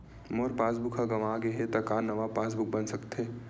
मोर passbook ह गंवा गे हे त का नवा पास बुक बन सकथे?